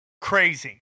crazy